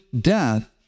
death